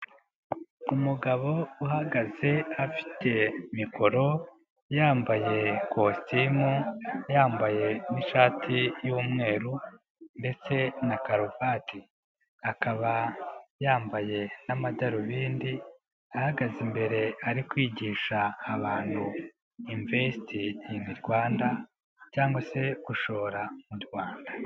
Umugabo uhagaze afite mikoro yambaye ikositimu, yambaye n'ishati y'umweru ndetse na karuvati, akaba yambaye n'amadarubindi ahagaze imbere ari kwigisha abantu imvesiti ini Rwanda cyangwa se gushora mu Rwanda.